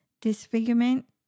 disfigurement